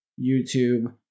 YouTube